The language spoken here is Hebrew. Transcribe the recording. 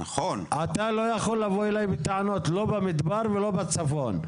אתה לא יכול לבוא אליי בטענות לא במדבר ולא בצפון.